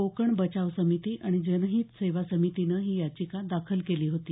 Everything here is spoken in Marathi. कोकण बचाव समिती आणि जनहित सेवा समितीनं ही याचिका दाखल केली होती